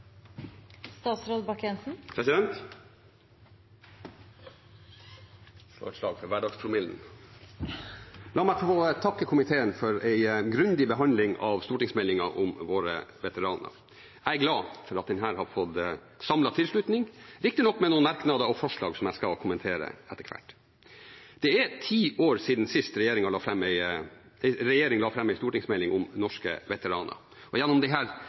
La meg få takke komiteen for en grundig behandling av stortingsmeldingen om våre veteraner. Jeg er glad for at den har fått samlet tilslutning, riktignok med noen merknader og forslag som jeg skal kommentere etter hvert. Det er ti år siden sist en regjering la fram en stortingsmelding om norske veteraner. Gjennom